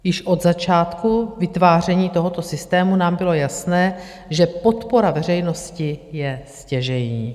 Již od začátku vytváření tohoto systému nám bylo jasné, že podpora veřejnosti je stěžejní.